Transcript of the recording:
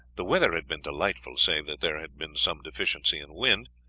the weather had been delightful, save that there had been some deficiency in wind,